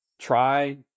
Try